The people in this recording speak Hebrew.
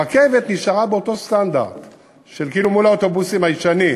הרכבת נשארה באותו סטנדרט של כאילו מול האוטובוסים הישנים.